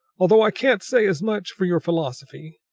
although i can't say as much for your philosophy.